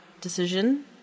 decision